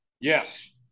Yes